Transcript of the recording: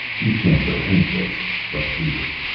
you can't go anyplace but here.